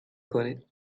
کنید